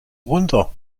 runter